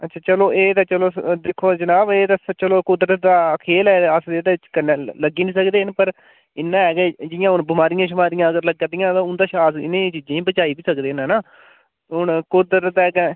अच्छा चलो एह् ते चलो दिक्खो आं जनाब एह् ते चलो कुदरत दा खेढ ऐ अस ते एह्दे च कन्नै लग्गी निं सकदे पर इन्ना ऐ जे जि'यां हून बमारियें शमारियां अगर लग्गै करदियां ते इं'दा शा इ'नें चीजें गी बचाई बी सकदे न है ना हून कुदरत दे अग्गें